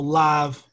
live